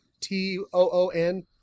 T-O-O-N